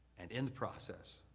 and in the process,